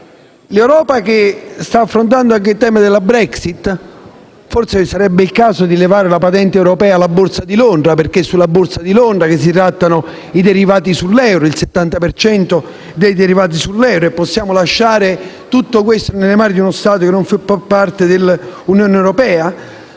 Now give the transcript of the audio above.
L'Europa che sta affrontando anche il tema della Brexit? Forse sarebbe il caso di levare la patente europea alla borsa di Londra perché è qui che si tratta il 70 per cento dei derivati sull'euro. Possiamo lasciare tutto questo nelle mani di uno Stato che non fa più parte dell'Unione europea?